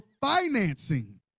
financing